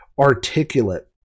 articulate